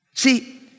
See